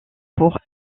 pour